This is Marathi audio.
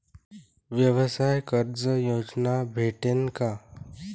व्यवसाय कर्ज योजना भेटेन का?